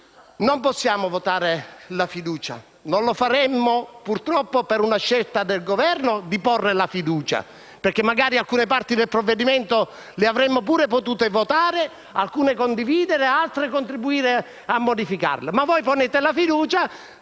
Non possiamo votare la fiducia; non lo faremo purtroppo per una scelta del Governo di porre la fiducia, perché magari alcune parti del provvedimento avremmo pure potuto votarle, alcune condividere e altre contribuire a modificare. Ma voi ponete la fiducia.